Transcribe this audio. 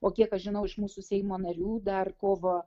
o kiek aš žinau iš mūsų seimo narių dar kovo